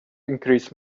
increase